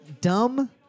Dumb